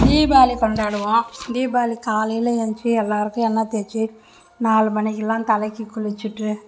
தீபாவளி கொண்டாடுவோம் தீபாவளி காலையில் ஏன்ச்சு எல்லாருக்கும் எண்ணெய் தேச்சு நாலு மணிக்கெல்லாம் தலைக்கு குளித்துட்டு